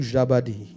Jabadi